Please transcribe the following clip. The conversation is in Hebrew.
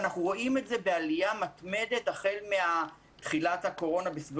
אנחנו רואים עלייה מתמדת החל מתחילת הקורונה.